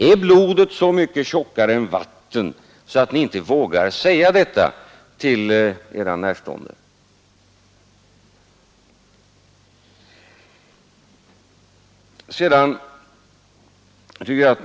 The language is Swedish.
Är blodet så mycket tjockare än vatten så att ni inte vågar säga detta till era närstående?